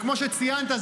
וכמו שציינת,